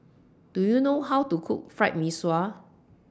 Do YOU know How to Cook Fried Mee Sua